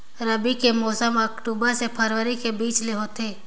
रबी कर मौसम अक्टूबर से फरवरी के बीच ल होथे